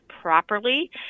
properly